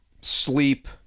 sleep